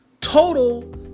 total